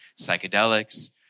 psychedelics